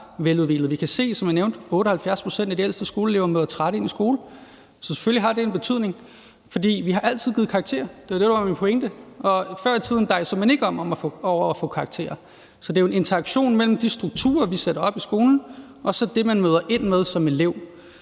nævnte, at 78 pct. af de ældste skoleelever møder trætte ind i skolen. Så selvfølgelig har det en betydning. Vi har altid givet karakterer – det var det, der var min pointe – og før tiden dejsede man ikke om af at få karakterer. Så det er jo en interaktion mellem de strukturer, vi sætter op i skolen, og så det, man møder ind med som elev.